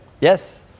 Yes